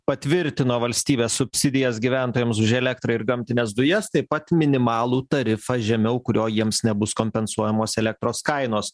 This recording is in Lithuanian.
patvirtino valstybės subsidijas gyventojams už elektrą ir gamtines dujas taip pat minimalų tarifą žemiau kurio jiems nebus kompensuojamos elektros kainos